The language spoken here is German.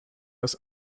das